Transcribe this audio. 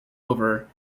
over